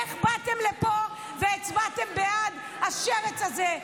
איך באתם לפה והצבעתם בעד השרץ הזה,